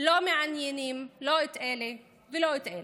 לא מעניינים לא את אלה ולא את אלה.